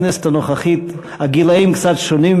בכנסת הנוכחית הגילאים קצת שונים,